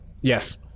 Yes